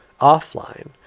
offline